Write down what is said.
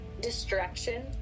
Distraction